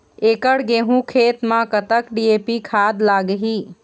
एकड़ गेहूं खेत म कतक डी.ए.पी खाद लाग ही?